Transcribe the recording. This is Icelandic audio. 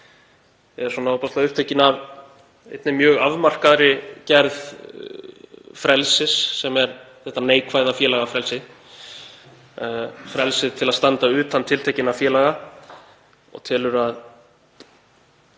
er ofboðslega upptekinn af einni mjög afmarkaðri gerð frelsis sem er þetta neikvæða félagafrelsi, frelsið til að standa utan tiltekinna félaga, og telur að